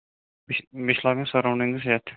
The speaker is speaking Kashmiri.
مےٚ چھِ مےٚ چھِ لاگٕنۍ سَراوڈِنٛگَس ہٮ۪تھ